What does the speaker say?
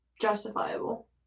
justifiable